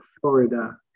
Florida